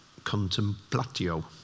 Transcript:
contemplatio